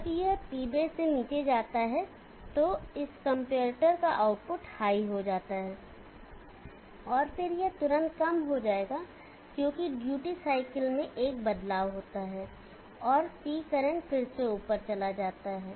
जब यह P base से नीचे जाता है तब इस कंपैरेटर का आउटपुट हाई हो जाता है और फिर यह तुरंत कम हो जाएगा क्योंकि ड्यूटी साइकिल में एक बदलाव होता है और P करंट फिर से ऊपर चला जाता है